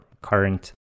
current